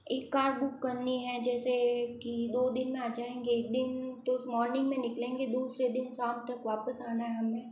एक car book करनी है जैसे की दो दिन में आ जायेंगे एक दिन तो मॉर्निंग में निकलेंगे दूसरे दिन शाम तक वापस आना है हमें